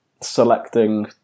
selecting